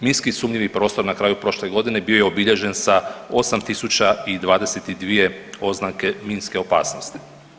Minski sumnji prostor na kraju prošle godine bio je obilježen sa 8.022 oznake minske opasnosti.